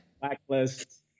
blacklist